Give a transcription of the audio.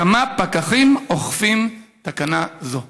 3. כמה פקחים אוכפים תקנה זו?